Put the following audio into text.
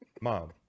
mom